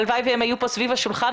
הלוואי והם היו פה סביב השולחן,